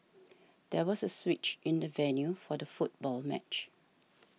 there was a switch in the venue for the football match